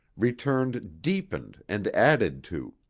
returned deepened and added to.